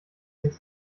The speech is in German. sich